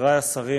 חברי השרים